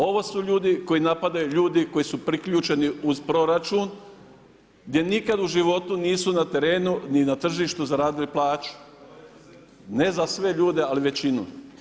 Ovo su ljudi koji napadaju ljudi koji su priključeni u proračun gdje nikad u životu nisu na terenu ni na tržištu zaradili plaću, ne za sve ljude ali za većinu.